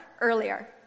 earlier